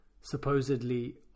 supposedly